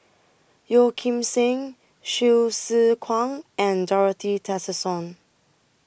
Yeo Kim Seng Hsu Tse Kwang and Dorothy Tessensohn